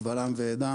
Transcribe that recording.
קבל עם ועדה,